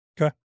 Okay